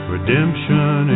Redemption